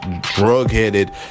drug-headed